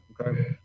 Okay